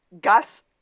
Gus